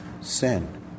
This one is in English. sin